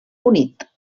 unit